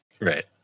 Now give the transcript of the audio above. Right